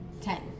ten